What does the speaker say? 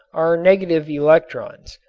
are negative electrons,